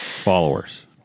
followers